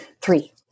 Three